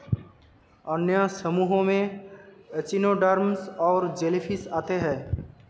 अन्य समूहों में एचिनोडर्म्स और जेलीफ़िश आते है